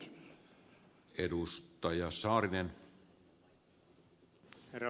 herra puhemies